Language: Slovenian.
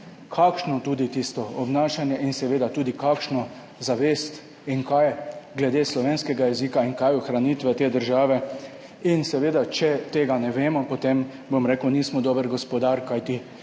kakšno obnašanje in seveda tudi kakšno zavest in kaj glede slovenskega jezika in ohranitve te države, če tega ne vemo, potem, bom rekel, nismo dober gospodar. Kajti